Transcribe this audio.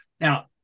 now